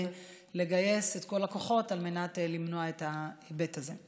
לגייס את כל הכוחות למנוע את ההיבט הזה.